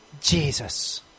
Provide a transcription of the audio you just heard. Jesus